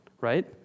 right